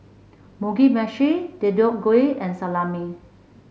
Mugi Meshi Deodeok Gui and Salami